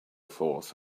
forth